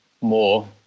more